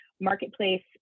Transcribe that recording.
marketplace